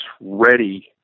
ready